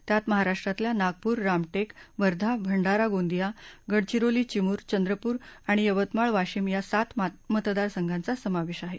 त्यात महाराष्ट्रातल्या नागपूर रामटेक वर्धा भंडारा गोंदिया गडचिरोली चिमूर चंद्रपूर आणि यवतमाळ वाशिम या सात मतदारसंघांचा समावेश आहे